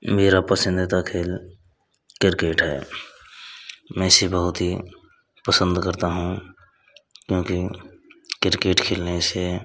मेरा पसंदीदा खेल किरकेट है मैं इसे बहुत हीं पसंद करता हूँ क्योकि किरकेट खेलने से